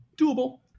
Doable